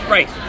Right